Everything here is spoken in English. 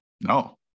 No